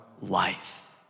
life